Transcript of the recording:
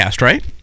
right